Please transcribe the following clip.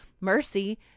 Mercy